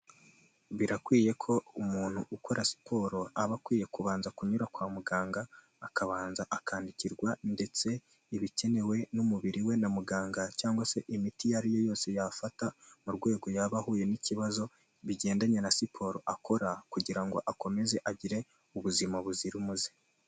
Birakwiye ko umuntu ukora siporo aba akwiye kubanza kunyura kwa muganga akabanza akandikirwa ndetse ibikenewe n'umubiri we na muganga cyangwa se imiti iyo ari yo yose yafata mu rwego yaba ahuye n'ikibazo bigendanye na siporo akora, kugira ngo akomeze agire ubuzima buzira umuze.